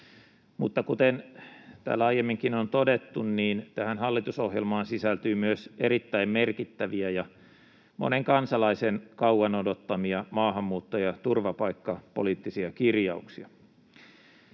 mutta kuten täällä aiemminkin on todettu, tähän hallitusohjelmaan sisältyy myös erittäin merkittäviä ja monen kansalaisen kauan odottamia maahanmuutto- ja turvapaikkapoliittisia kirjauksia.